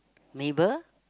neighbor